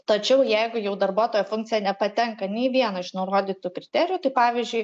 tačiau jeigu jau darbuotojo funkcija nepatenka nei į vieną iš nurodytų kriterijų tai pavyzdžiui